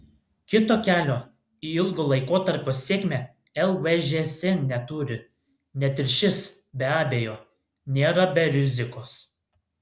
kito kelio į ilgo laikotarpio sėkmę lvžs neturi net ir šis be abejo nėra be rizikos